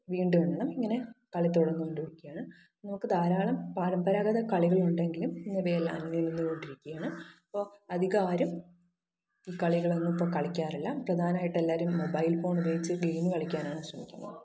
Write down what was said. വീണ്ടും എണ്ണണം ഇങ്ങനെ കളി തുടർന്ന് കൊണ്ടിരിക്കുകയാണ് നമുക്ക് ധാരാളം പരമ്പരാഗത കളികളുണ്ടെങ്കിലും ഇന്നിവയെല്ലാം അന്യം നിന്നു കൊണ്ടിരിക്കുകയാണ് അപ്പോൾ അധികം ആരും ഈ കളികളൊന്നും ഇപ്പോൾ കളിക്കാറില്ല പ്രധാനമായിട്ടും എല്ലാവരും മൊബൈൽ ഫോൺ ഉപയോഗിച്ച് ഗെയിം കളിക്കാനാണ് ശ്രമിക്കുന്നത്